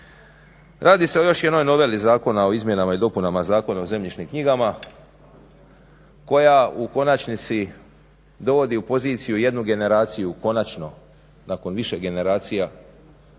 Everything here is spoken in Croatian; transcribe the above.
Radi se o još jednoj noveli zakona o izmjenama i dopunama Zakona o zemljišnim knjigama, koja u konačnici dovodi u poziciju jednu generaciju konačno nakon više generacija